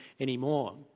anymore